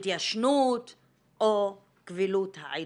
התיישנות או קבילות העדות.